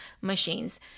machines